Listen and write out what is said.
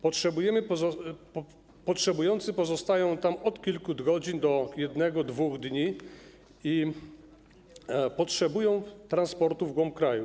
Potrzebujący pozostają tam od kilku godzin do 1 dnia, 2 dni i potrzebują transportu w głąb kraju.